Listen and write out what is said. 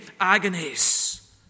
agonies